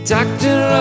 Doctor